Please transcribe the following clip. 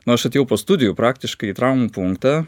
nu aš atėjau po studijų praktiškai į traumų punktą